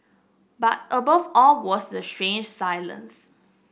but above all was the strange silence